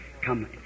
Come